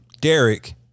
Derek